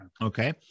okay